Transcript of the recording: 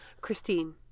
Christine